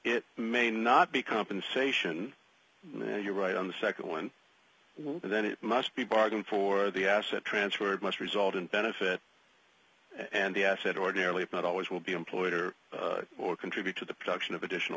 it may not be compensation man you're right on the nd one was that it must be bargained for the asset transferred must result in benefit and the asset ordinarily if not always will be employed or or contribute to the production of additional